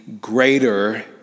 greater